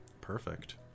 Perfect